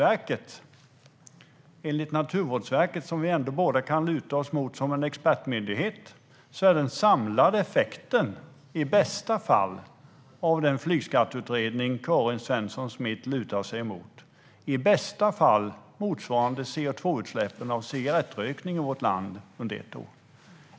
Enligt Naturvårdsverket, som vi ändå båda kan luta oss mot som varande expertmyndighet, motsvarar den samlade effekten i bästa fall CO2utsläppen av cigarettrökning i vårt land. Detta framgår i den flygskatteutredning som Karin Svensson Smith lutar sig mot.